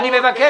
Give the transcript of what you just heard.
תביאו